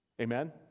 Amen